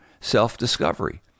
self-discovery